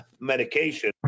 Medication